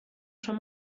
schon